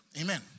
Amen